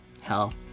Hell